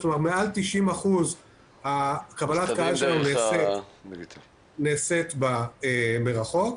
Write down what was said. כלומר מעל 90% קבלת הקהל נעשית מרחוק,